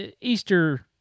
Easter